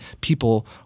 people